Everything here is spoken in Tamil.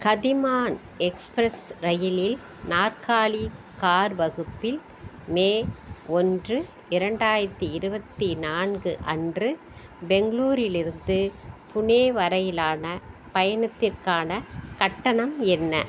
கதிமான் எக்ஸ்பிரஸ் ரயிலில் நாற்காலி கார் வகுப்பில் மே ஒன்று இரண்டாயிரத்தி இருபத்தி நான்கு அன்று பெங்களூரிலிருந்து புனே வரையிலான பயணத்திற்கான கட்டணம் என்ன